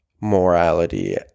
morality